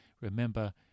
Remember